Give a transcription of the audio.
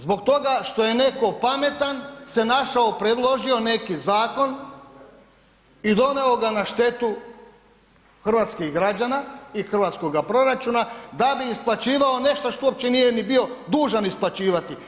Zbog toga što je netko pametan se našao, predložio neki zakon i doneo ga na štetu hrvatskih građana i hrvatskoga proračuna da bi isplaćivao nešto što uopće nije ni bio dužan isplaćivati.